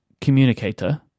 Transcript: communicator